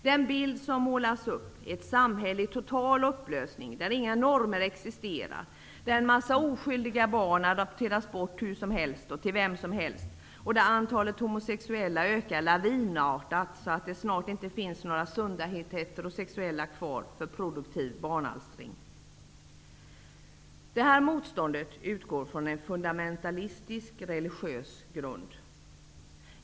Den bild som målas upp är ett samhälle i total upplösning, där inga normer existerar, där en massa oskyldiga barn adopteras bort hur som helst och till vem som helst och där antalet homosexuella ökar lavinartat, så att det snart inte finns några sunda heterosexuella kvar för produktiv barnalstring. Det här motståndet utgår från en fundamentalistisk religiös grund.